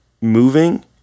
moving